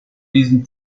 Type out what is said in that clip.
diesem